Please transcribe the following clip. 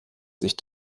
sich